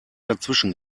dazwischen